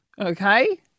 Okay